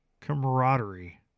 camaraderie